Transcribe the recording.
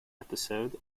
episode